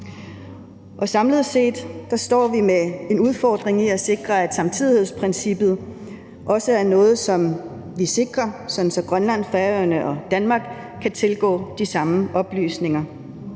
Samlet set står vi med en udfordring, i forhold til at samtidighedsprincippet også er noget, som vi sikrer, sådan at Grønland, Færøerne og Danmark kan tilgå de samme oplysninger.